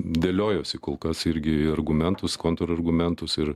dėliojuosi kol kas irgi argumentus kontrargumentus ir